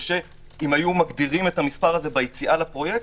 ושאם היו מגדירים את המספר הזה ביציאה לפרויקט,